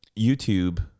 YouTube